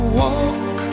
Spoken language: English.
walk